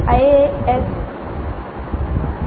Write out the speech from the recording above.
iisctagmail